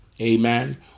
Amen